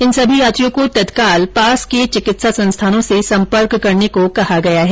इन सभी यात्रियों को तत्काल पास के चिकित्सा संस्थानों से सम्पर्क करने को कहा है